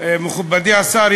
מכובדי השר,